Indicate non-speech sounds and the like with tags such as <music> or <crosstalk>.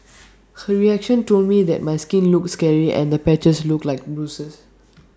<noise> her reaction told me that my skin looked scary and the patches looked like bruises